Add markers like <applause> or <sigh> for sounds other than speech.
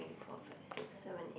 <breath>